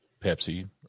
Pepsi